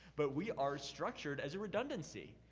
but we are structured as a redundancy.